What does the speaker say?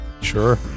sure